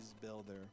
builder